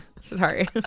Sorry